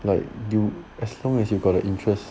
like you as long as like you got like interest